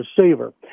receiver